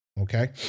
Okay